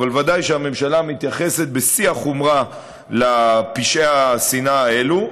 אבל בוודאי שהממשלה מתייחסת בשיא החומרה לפשעי השנאה האלה.